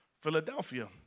Philadelphia